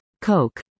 Coke